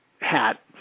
hat